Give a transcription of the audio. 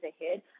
ahead